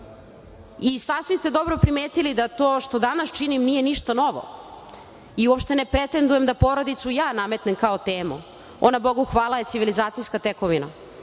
značaj. Sasvim ste dobro primetili da to što danas činim nije ništa novo i uopšte ne pretendujem da porodicu ja nametnem kao temu. Ona, Bogu hvala, je civilizacijska tekovina.